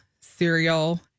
cereal